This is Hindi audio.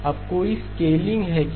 अब कोई स्केलिंग है क्या